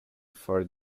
for